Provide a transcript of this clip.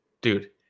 Dude